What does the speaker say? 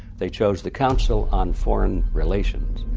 they chose, the council on foreign relations.